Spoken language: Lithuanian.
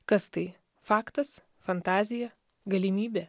kas tai faktas fantazija galimybė